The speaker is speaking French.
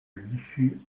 vichy